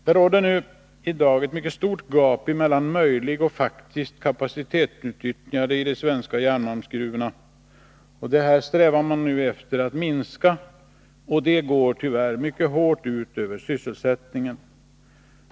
Det råder i dag ett mycket stort gap mellan möjligt och faktiskt kapacitetsutnyttjande i de svenska järnmalmsgruvorna. Detta strävar man nu efter att minska, och det går tyvärr mycket hårt ut över sysselsättningen.